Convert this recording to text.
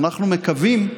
אנחנו מקווים,